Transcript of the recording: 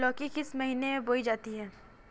लौकी किस महीने में बोई जाती है?